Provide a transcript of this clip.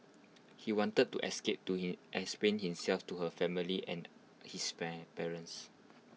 he wanted to escape to him explain himself to her family and his parents